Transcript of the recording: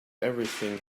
everything